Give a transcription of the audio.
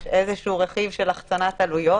יש איזשהו רכיב של החצנת עלויות.